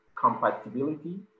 compatibility